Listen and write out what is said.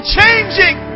changing